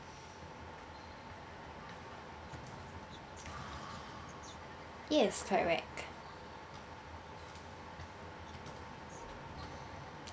yes quite right